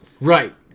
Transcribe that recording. Right